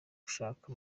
gushaka